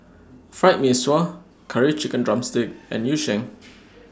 Fried Mee Sua Curry Chicken Drumstick and Yu Sheng